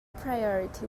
priority